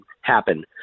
happen